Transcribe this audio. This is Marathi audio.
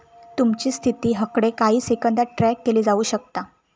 तुमची स्थिती हकडे काही सेकंदात ट्रॅक केली जाऊ शकता